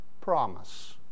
promise